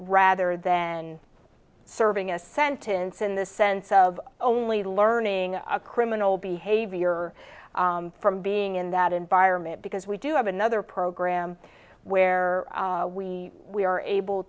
rather than serving a sentence in the sense of only learning a criminal behavior from being in that environment because we do have another program where we we are able